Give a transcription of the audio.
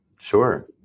sure